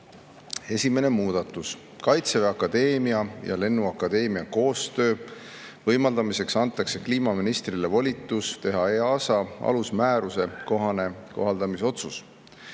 Esimene muudatus. Kaitseväe Akadeemia ja lennuakadeemia koostöö võimaldamiseks antakse kliimaministrile volitus teha EASA alusmääruse kohane kohaldamisotsus.